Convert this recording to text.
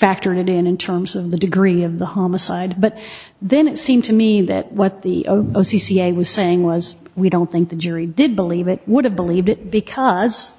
factored in in terms of the degree of the homicide but then it seemed to me that what the cia was saying was we don't think the jury did believe it would have believed it because